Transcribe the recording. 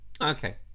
okay